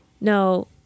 No